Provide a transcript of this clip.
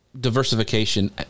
diversification